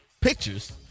pictures